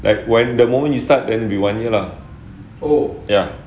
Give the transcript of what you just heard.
like when the moment you start then will be one year lah ya